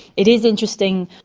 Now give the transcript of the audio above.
it is interesting,